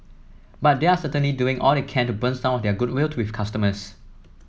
but they're certainly doing all they can to burn some of their goodwill with customers